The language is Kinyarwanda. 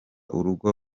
urugo